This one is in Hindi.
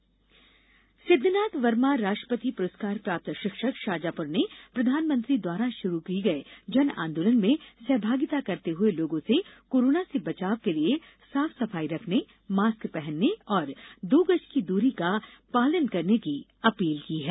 जन आंदोलन सिद्धनाथ वर्मा राष्ट्रपति पुरस्कार प्राप्त शिक्षक शाजापुर ने प्रधानमंत्री द्वारा शुरू किये गए जन आंदोलन में सहभागिता करते हुए लोगों से कोरोना से बचाव के लिए साफ सफाई रखने मास्क पहनने और दो गज की दूरी का पालन करने की अपील की है